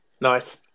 Nice